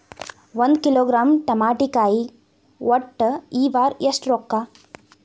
ಒಂದ್ ಕಿಲೋಗ್ರಾಂ ತಮಾಟಿಕಾಯಿ ಒಟ್ಟ ಈ ವಾರ ಎಷ್ಟ ರೊಕ್ಕಾ?